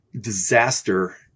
disaster